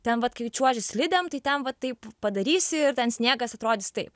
ten vat kai čiuoži slidėm tai ten va taip padarysi ir ten sniegas atrodys taip